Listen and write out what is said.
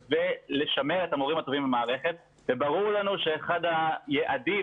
ולשמר את המורים הטובים במערכת וברור לנו שאחד היעדים,